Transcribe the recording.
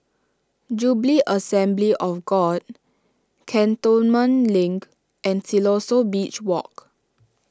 Jubilee Assembly of God Cantonment Link and Siloso Beach Walk